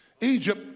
Egypt